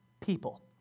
people